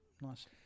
nice